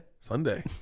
Sunday